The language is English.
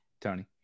Tony